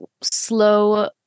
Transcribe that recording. slow